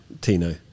tino